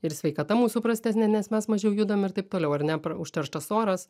ir sveikata mūsų prastesnė nes mes mažiau judam ir taip toliau ar ne užterštas oras